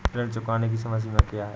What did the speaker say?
ऋण चुकाने की समय सीमा क्या है?